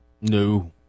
No